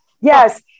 Yes